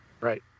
Right